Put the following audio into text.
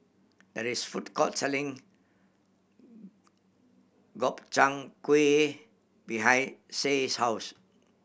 there is a food court selling Gobchang Gui behind Shay's house